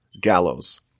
gallows